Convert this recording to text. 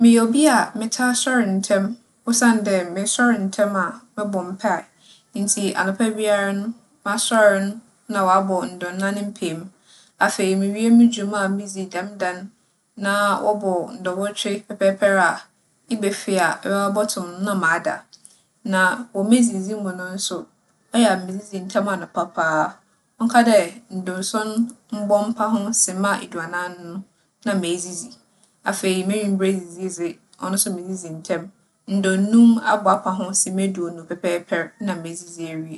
Meyɛ obi a metaa soɛr ntsɛm osiandɛ mosoɛr ntsɛm a mobͻ mpaa. Ntsi anapa biara no, masoɛr no, nna ͻabͻ ndͻnnan mpaamu. Afei muwie mo dwuma a midzi dɛm da no, na wͻbͻ ndͻnnwͻtwe pɛpɛɛpɛr a, eba fie a, ebɛba abͻto me no na mada. Na wͻ medzidzi mu no so, eyɛ a midzidzi ntsɛm anapa paa. ͻnka dɛ ndͻnnsuon mbͻ mpa ho sema eduanan no, na medzidzi. Afei m'ewimber edzidzi dze, ͻno so midzidzi ntsɛm. Ndͻnnum abͻ apa ho sema eduonu pɛpɛɛpɛr nna medzidzi ewie.